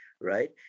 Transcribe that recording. right